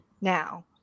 now